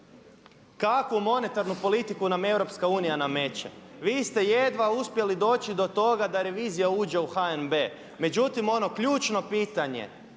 kakvu monetarnu politiku nam EU nameće. Vi ste jedva uspjeli doći do toga da revizija uđe u HNB, međutim ono ključno pitanje